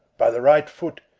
by the right foot.